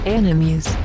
enemies